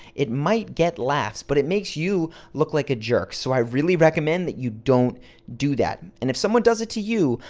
it might get laughs but it makes you look like a jerk so i really recommend that you don't do that. and if someone does it to you,